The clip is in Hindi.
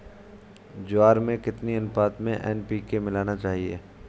ज्वार में कितनी अनुपात में एन.पी.के मिलाना चाहिए?